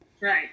Right